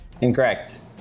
Incorrect